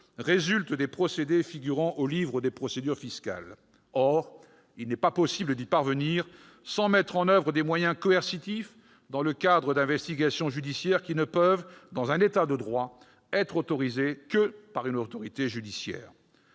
résulte des procédés figurant au livre des procédures fiscales. Or il n'est pas possible d'y parvenir sans mettre en oeuvre des moyens coercitifs dans le cadre d'investigations judiciaires qui, dans un État de droit, ne peuvent être autorisées que par une autorité judiciaire.